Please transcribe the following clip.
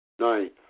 Ninth